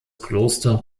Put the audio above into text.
kloster